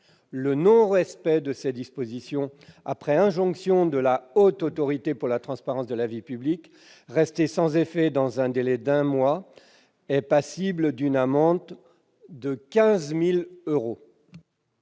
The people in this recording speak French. Le non-respect de ces dispositions, après injonction de la Haute Autorité pour la transparence de la vie publique restée sans effet dans un délai d'un mois, est passible d'une amende de 15 000 euros.